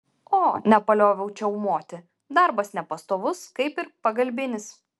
o nepalioviau čiaumoti darbas nepastovus kaip ir pagalbinis